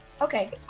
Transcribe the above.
Okay